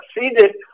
succeeded